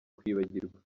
kwibagirwa